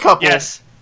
yes